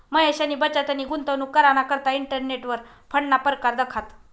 महेशनी बचतनी गुंतवणूक कराना करता इंटरनेटवर फंडना परकार दखात